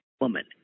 woman